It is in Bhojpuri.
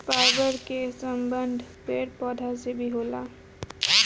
फाइबर कअ संबंध पेड़ पौधन से भी होला